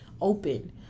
open